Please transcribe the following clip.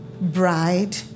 bride